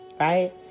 right